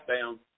down